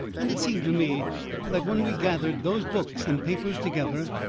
and it seemed to me that when we gathered those books and papers together,